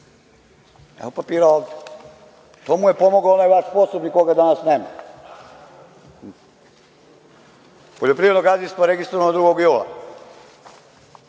Evo papira ovde. To mu je pomogao onaj vaš sposobni koga danas nema. Poljoprivredno gazdinstvo registrovano na drugo bilo,